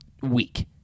week